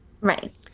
Right